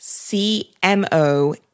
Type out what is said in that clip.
CMO